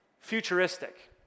futuristic